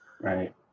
Right